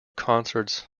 concerts